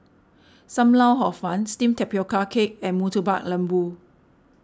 Sam Lau Hor Fun Steamed Tapioca Cake and Murtabak Lembu